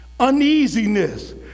uneasiness